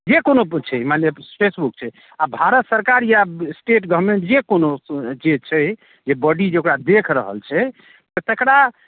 जे कोनो छै मानि लिअ फेसबुक छै आ भारत सरकार या स्टेट गवर्नमेन्ट जे कोनो जे छै जे बॉडी जे ओकरा देख रहल छै तऽ तकरा